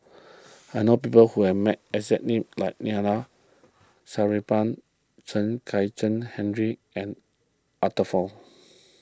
I know people who have exact name as Neila Chen Kezhan Henri and Arthur Fong